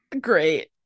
great